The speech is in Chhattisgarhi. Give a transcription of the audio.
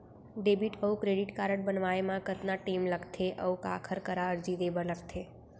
डेबिट अऊ क्रेडिट कारड बनवाए मा कतका टेम लगथे, अऊ काखर करा अर्जी दे बर लगथे?